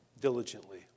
diligently